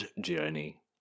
Journey